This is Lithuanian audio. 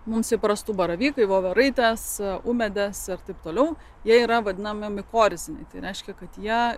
mums įprastų baravykų voveraites ūmėdes ir taip toliau jie yra vadinami mikoriziniai tai reiškia kad jie